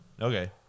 Okay